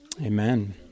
Amen